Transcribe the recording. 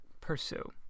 pursue